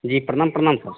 जी प्रणाम प्रणाम सर